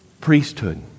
priesthood